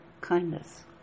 kindness